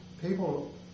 people